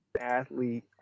athlete